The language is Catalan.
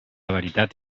veritat